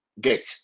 get